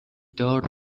دار